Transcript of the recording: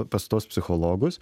pas tuos psichologus